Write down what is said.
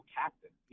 captain